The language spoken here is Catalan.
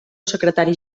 secretari